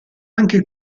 anche